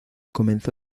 comenzó